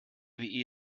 wie